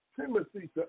Timothy